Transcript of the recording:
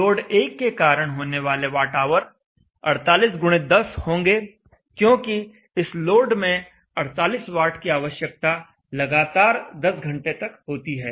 load 1 के कारण होने वाले वाट ऑवर 48 x 10 होंगे क्योंकि इस लोड में 48 वाट की आवश्यकता लगातार 10 घंटे तक होती है